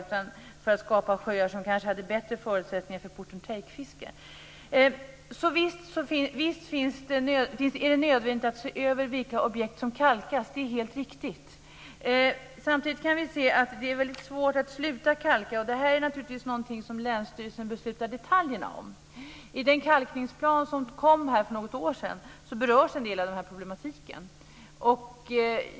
Man har snarare velat skapa sjöar med bättre förutsättningar för put-and-take-fiske. Så visst är det nödvändigt att se över vilka objekt som kalkas - det är helt riktigt. Samtidigt kan vi se att det är väldigt svårt att sluta kalka. Detta är naturligtvis någonting som länsstyrelsen beslutar om vad gäller detaljerna. I den kalkningsplan som kom för något år sedan berörs en del av den här problematiken.